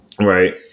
right